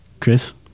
Chris